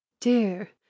dear